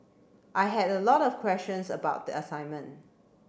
I had a lot of questions about the assignment